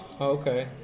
Okay